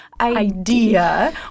idea